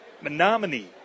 Menominee